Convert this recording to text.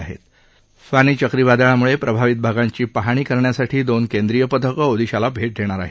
funny चक्रीवादळामुळे प्रभावित भागांची पाहणी करण्यासाठी दोन केंद्रीय पथकं ओदिशाला भेट देणार आहेत